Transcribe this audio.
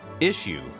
issue